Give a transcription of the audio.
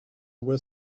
were